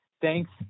thanks